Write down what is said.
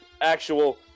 actual